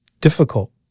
difficult